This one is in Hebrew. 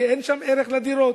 כי אין שם ערך לדירות.